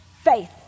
faith